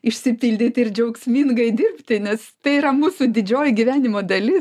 išsipildyti ir džiaugsmingai dirbti nes tai yra mūsų didžioji gyvenimo dalis